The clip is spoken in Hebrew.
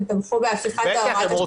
הם תמכו בהפיכת הוראת השעה להוראת קבע.